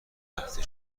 رفته